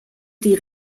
die